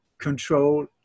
control